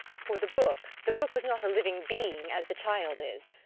for the book the book was not a living being, as the child is.